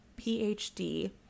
PhD